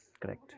Correct